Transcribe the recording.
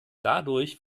dadurch